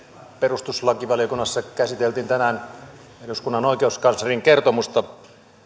perustuslakivaliokunnassa käsiteltiin tänään eduskunnan oikeuskanslerin kertomusta